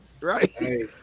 right